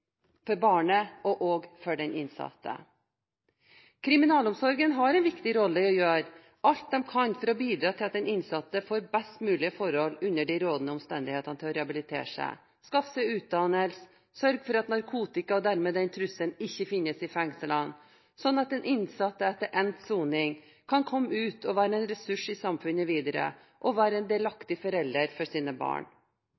for barnet, men også for den innsatte. Kriminalomsorgen har en viktig rolle i å gjøre alt de kan for å bidra til at den innsatte får best mulig forhold under de rådende omstendighetene til å rehabilitere seg – skaffe seg utdannelse, sørge for at narkotika og dermed den trusselen ikke finnes i fengslene – slik at den innsatte etter endt soning kan komme ut og være en ressurs for samfunnet videre og være en